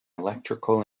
electrical